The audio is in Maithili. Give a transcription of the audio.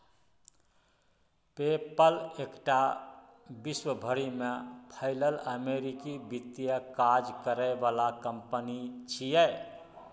पे पल एकटा विश्व भरि में फैलल अमेरिकी वित्तीय काज करे बला कंपनी छिये